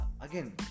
again